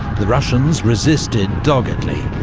the russians resisted doggedly,